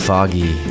Foggy